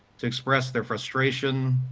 to express their frustration,